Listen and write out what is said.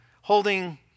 holding